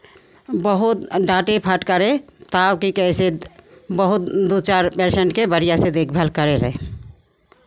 बहुत डाँटे फटकारे तब की कहै छै बहुत दू चारि पेशेंटके बढ़िआँसँ देखभाल करैत रहै